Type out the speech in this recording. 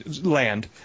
land